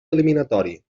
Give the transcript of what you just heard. eliminatori